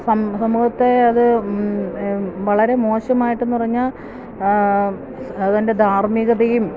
സമൂഹത്തെ അത് വളരെ മോശമായിട്ടെന്ന് പറഞ്ഞാല് അതിൻ്റെ ധാർമികതയും